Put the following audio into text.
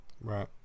Right